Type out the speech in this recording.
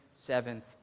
seventh